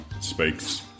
speaks